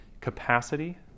capacity